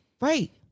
Right